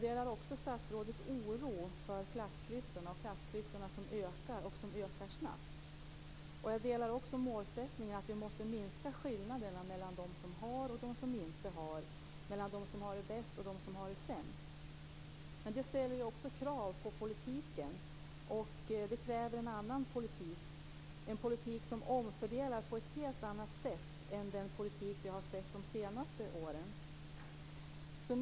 Fru talman! Jag delar mycket av det som Ulrica Messing sade i sitt anförande här. Jag kan bara instämma i t.ex. det där om de fyra rättigheterna; arbete, utbildning, bra liv och levande demokrati. Jag delar statsrådets oro för klassklyftorna som ökar - och ökar snabbt. Jag delar också målsättningen att vi måste minska skillnaderna mellan dem som har och dem som inte har, mellan dem som har det bäst och dem som har det sämst. Men det ställer också krav på politiken. Det kräver en annan politik, en politik som omfördelar på ett helt annat sätt än den politik som vi har sett de senaste åren.